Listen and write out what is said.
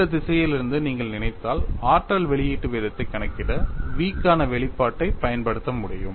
அந்த திசையிலிருந்து நீங்கள் நினைத்தால் ஆற்றல் வெளியீட்டு வீதத்தைக் கணக்கிட v க்கான வெளிப்பாட்டைப் பயன்படுத்த முடியும்